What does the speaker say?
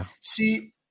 See